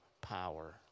power